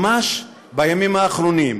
ממש בימים האחרונים: